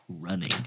running